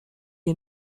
die